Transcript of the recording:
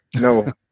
No